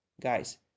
Guys